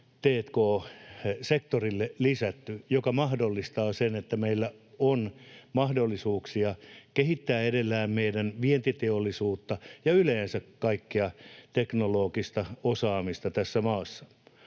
t&k-sektorille lisätty, mikä mahdollistaa sen, että meillä on mahdollisuuksia kehittää edelleen meidän vientiteollisuutta ja yleensä kaikkea teknologista osaamista tässä maassa.